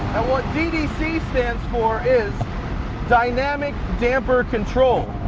and what ddc stands for is dynamic damper control.